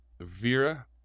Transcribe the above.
Vera